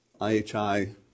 IHI